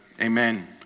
amen